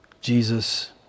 Jesus